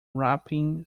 wrapping